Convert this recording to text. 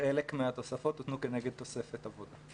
חלק מהתוספות הותנו כנגד תוספת עבודה.